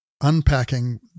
unpacking